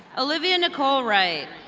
olivia nicole ray.